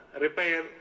repair